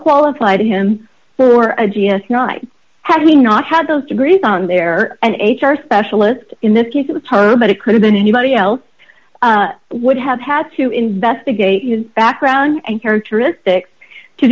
qualified him for a g s not having not had those degrees on there an h r specialist in this case it was her but it could've been anybody else would have had to investigate his background and characteristics to